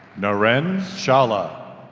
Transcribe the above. naren challa